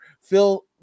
Phil